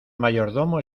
mayordomo